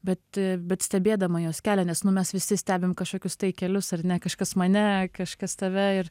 bet bet stebėdama jos kelią nes nu mes visi stebim kažkokius tai kelius ar ne kažkas mane kažkas tave ir